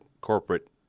corporate